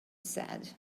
said